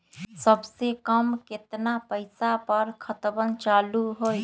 सबसे कम केतना पईसा पर खतवन चालु होई?